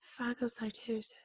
phagocytosis